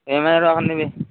ଇଏମ୍ଆଇର ହଁ ନେବି